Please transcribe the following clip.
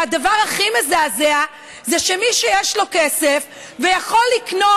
והדבר הכי מזעזע זה שמי שיש לו כסף ויכול לקנות